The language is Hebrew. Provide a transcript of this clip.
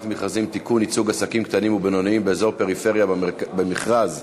חברות וחברים, ידידי השר אורי אריאל, ברשותך,